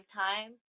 time